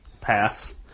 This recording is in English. pass